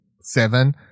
Seven